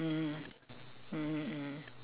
mm mmhmm mm